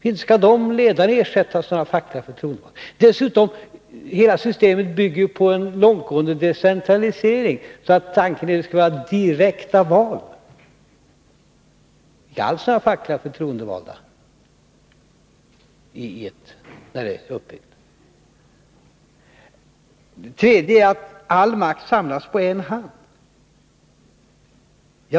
Inte skall företagsledarna ersättas av några fackliga förtroendevalda. Hela systemet bygger dessutom på en långtgående decentralisering. Tanken är att det skall vara direkta val. Det är icke alls fråga om att ha några fackliga förtroendevalda när systemet väl är uppbyggt. För det tredje sägs det att all makt samlas på en hand.